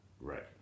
right